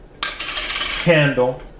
candle